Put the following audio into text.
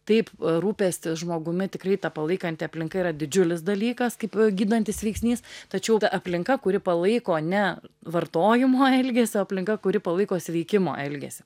taip rūpestis žmogumi tikrai ta palaikanti aplinka yra didžiulis dalykas kaip gydantis veiksnys tačiau ta aplinka kuri palaiko ne vartojimo elgesio aplinka kuri palaiko sveikimo elgesį